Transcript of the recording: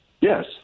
Yes